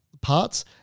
parts